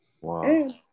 Wow